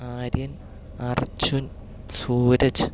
Aryan Arjun Sooraj